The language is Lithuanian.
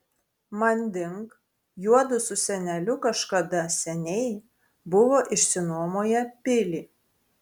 manding juodu su seneliu kažkada seniai buvo išsinuomoję pilį